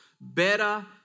better